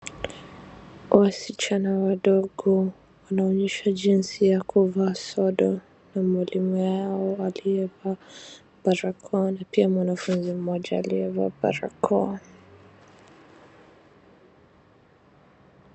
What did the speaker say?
Wasichana wadogo wanaonyeshwa jinsi ya kuvaa sodo na mwalimu yao aliyevaa barakoa na pia mwanafunzi mmoja aliyevaa barakoa.